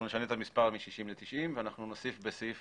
אנחנו נשנה את המספר מ-60 ל-90 ואנחנו נוסיף בסעיף